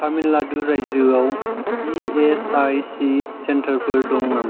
तामिलनाडु रायजोआव इएसआइसि सेन्टारफोर दं नामा